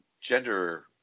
gender